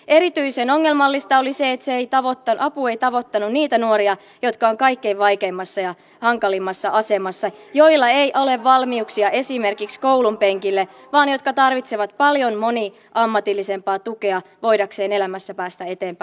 erityisen ongelmallista oli se että se apu ei tavoittanut niitä nuoria jotka ovat kaikkein vaikeimmassa ja hankalimmassa asemassa joilla ei ole valmiuksia esimerkiksi koulunpenkille vaan jotka tarvitsevat paljon moniammatillisempaa tukea voidakseen elämässä päästä eteenpäin